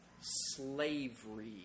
slavery